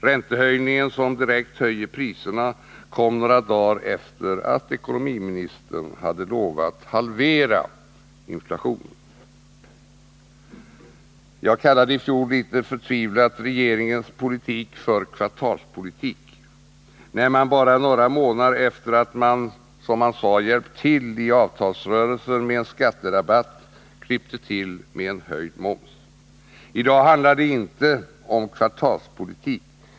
Räntehöjningen, som direkt höjer priserna, kom några dagar efter att ekonomiministern hade lovat att halvera inflationen. Jag kallade i fjol, litet förtvivlat, regeringens politik för kvartalspolitik när regeringen, bara några månader efter det att man — som man sade — hjälpt till i avtalsrörelsen med en skatterabatt, klippte till med en höjd moms. I dag handlar det inte om kvartalspolitik.